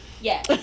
Yes